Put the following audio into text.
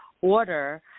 order